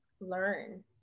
learn